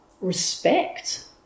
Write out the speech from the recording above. respect